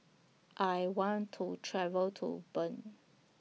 I want to travel to Bern